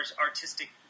artistic